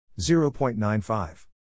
0.95